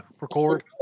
record